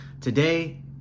today